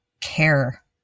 care